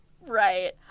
Right